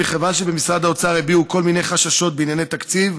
כיוון שבמשרד האוצר הביעו כל מיני חששות בענייני תקציב,